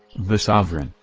the sovereign,